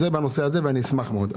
זה בנושא הזה ואני אשמח מאוד.